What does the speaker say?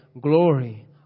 glory